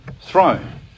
throne